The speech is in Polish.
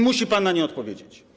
Musi pan na nie odpowiedzieć.